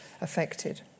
affected